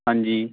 ਹਾਂਜੀ